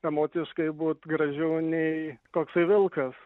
emociškai būt gražiau nei koksai vilkas